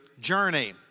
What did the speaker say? journey